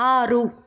ಆರು